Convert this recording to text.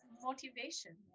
motivation